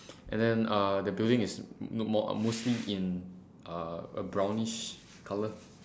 and then uh the building is m~ m~ more mostly in uh a brownish color